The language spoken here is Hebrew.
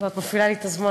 את מפעילה לי את הזמן.